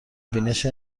بینش